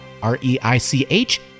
R-E-I-C-H